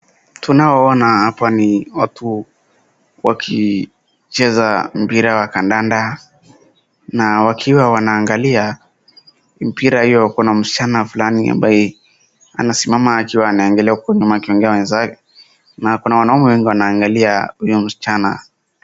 Tunaoona hapa ni watu wakicheza mpira wa kandanda na wakiwa wanaangalia mpira hiyo kuna msichana fulani ambaye amesimama akiwa anaangalia huko nyuma akiongea na wenzake, na kuna wanaume wengi wanaangalia huyo msichana.